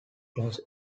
closed